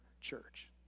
Church